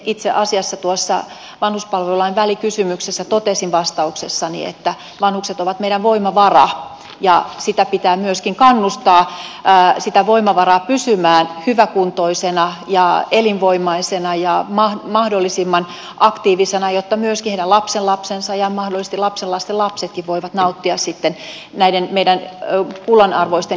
itse asiassa tuossa vanhuspalvelulain välikysymyksessä totesin vastauksessani että vanhukset ovat meidän voimavaramme ja sitä voimavaraa pitää myöskin kannustaa pysymään hyväkuntoisena ja elinvoimaisena ja mahdollisimman aktiivisena jotta myöskin heidän lapsenlapsensa ja mahdollisesti lapsenlasten lapsetkin voivat nauttia sitten näiden meidän kullanarvoisten iäkkäiden seurasta